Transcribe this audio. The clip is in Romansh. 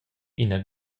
ina